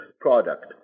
product